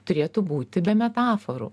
turėtų būti be metaforų